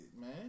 man